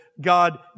God